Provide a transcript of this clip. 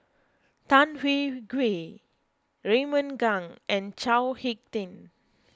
Tan Hwee Hwee Raymond Kang and Chao Hick Tin